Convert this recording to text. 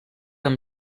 amb